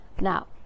Now